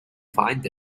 find